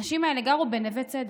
האנשים האלה גרו בנווה צדק.